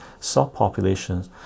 subpopulations